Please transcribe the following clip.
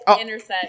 Intersect